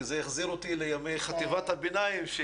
כי זה החזיר אותי לימי חטיבת הביניים.